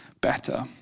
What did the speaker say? better